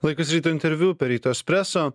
laikas ryto interviu per ryto espreso